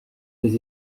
des